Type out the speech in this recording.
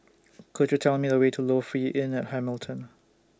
Could YOU Tell Me The Way to Lofi Inn At Hamilton